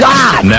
God